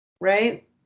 right